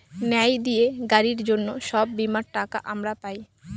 ন্যায় দিয়ে গাড়ির জন্য সব বীমার টাকা আমরা পাই